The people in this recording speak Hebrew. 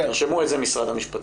תרשמו את זה, אנשי משרד המשפטים.